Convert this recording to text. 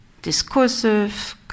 discursive